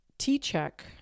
t-check